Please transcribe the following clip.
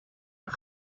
een